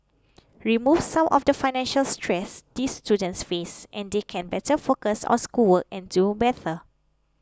remove some of the financial stress these students face and they can better focus on schoolwork and do better